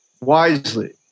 Wisely